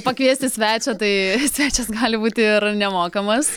pakviesti svečią tai svečias gali būti ir nemokamas